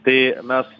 tai mes